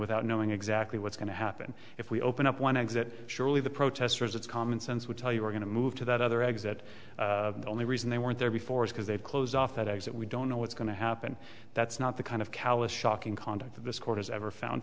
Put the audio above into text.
without knowing exactly what's going to happen if we open up one exit surely the protesters it's common sense would tell you we're going to move to that other exit the only reason they weren't there before is because they've closed off that is that we don't know what's going to happen that's not the kind of callous shocking conduct of this quarter's ever found